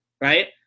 Right